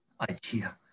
idea